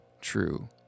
true